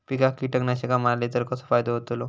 पिकांक कीटकनाशका मारली तर कसो फायदो होतलो?